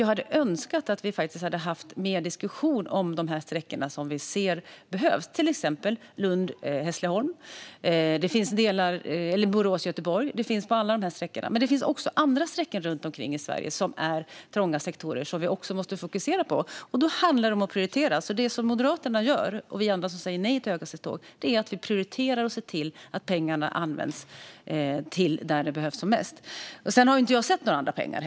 Jag hade önskat att vi faktiskt hade haft mer diskussion om de sträckor som vi ser behövs, till exempel Lund-Hässleholm eller Borås-Göteborg. Men det finns också andra sträckor runt om i Sverige som är trånga sektorer som vi också måste fokusera på. Då handlar det om att prioritera. Det som Moderaterna och alla vi som säger nej till höghastighetståg gör är att prioritera och se till att pengarna används där de behövs som mest. Jag har heller inte sett några andra pengar.